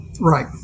Right